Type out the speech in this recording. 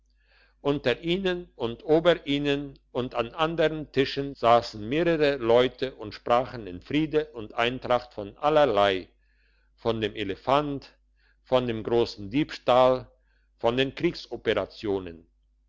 unter ihnen und ober ihnen und an andern tischen sassen mehrere leute und sprachen in friede und eintracht von allerlei von dem elefant von dem grossen diebstahl von den